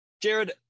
Jared